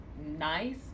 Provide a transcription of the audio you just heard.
nice